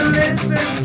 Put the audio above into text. listen